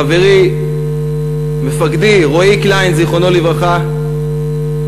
חברי, מפקדי, רועי קליין, זיכרונו לברכה,